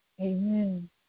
Amen